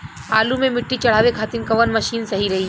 आलू मे मिट्टी चढ़ावे खातिन कवन मशीन सही रही?